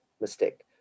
Mistake